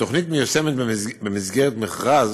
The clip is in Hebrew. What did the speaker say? התוכנית מיושמת במסגרת מכרז